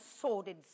sordid